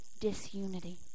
disunity